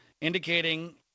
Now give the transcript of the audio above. indicating